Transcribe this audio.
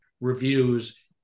reviews